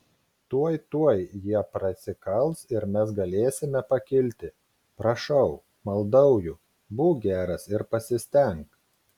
tuoj tuoj jie prasikals ir mes galėsime pakilti prašau maldauju būk geras ir pasistenk